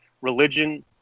religion